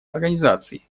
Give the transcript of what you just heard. организаций